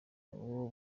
uwo